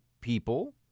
people